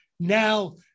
Now